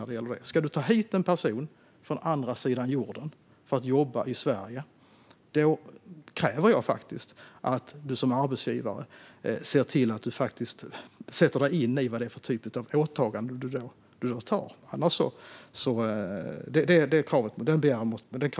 Om en arbetsgivare tar hit en person från andra sidan jorden för att jobba i Sverige kräver jag att arbetsgivaren sätter sig in i vad det är för typ av åtagande denne har. Detsamma gäller den enskilde.